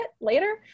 later